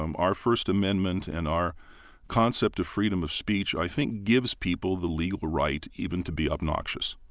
um our first amendment and our concept of freedom of speech, i think, gives people the legal right even to be obnoxious,